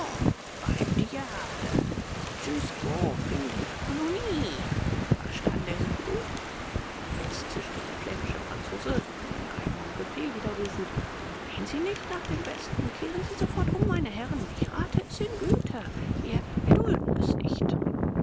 beim diable jusqu'au fin de la colonie verstandez vous jetzt zischte der flämische franzose seinen eigenen befehl widerrufend gehen sie nicht nach dem westen kehren sie sofort um meine herren ich rate es in güte wir wir dulden es nicht